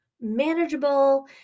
manageable